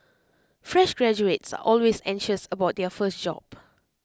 fresh graduates are always anxious about their first job